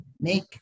make